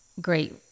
great